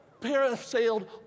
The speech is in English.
parasailed